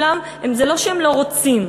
זה לא שהם לא רוצים.